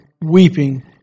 weeping